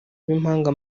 b’impanga